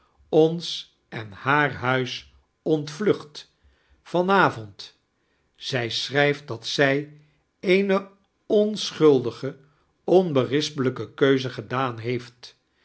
ons en haar huis ontvlucht van avond zij schrijft dat zij eene onschuldige onbe rispelijke keuze gedaan heeft